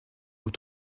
aux